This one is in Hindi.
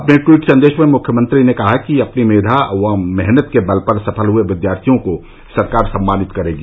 अपने ट्वीट संदेश में मुख्यमंत्री ने कहा कि अपनी मेधा व मेहनत के बल पर सफल हुए विद्यार्थियों को सरकार सम्मानित करेगी